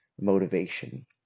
motivation